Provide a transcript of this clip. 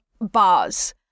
bars